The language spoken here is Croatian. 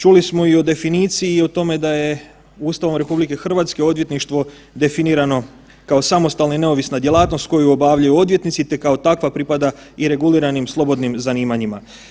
Čuli smo i o definiciji i o tome da je Ustavom RH odvjetništvo definirano kao samostalna i neovisna djelatnost koju obavljaju odvjetnici, te kao takva pripada i reguliranim slobodnim zanimanjima.